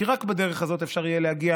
כי רק בדרך הזאת אפשר יהיה להגיע